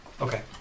Okay